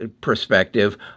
perspective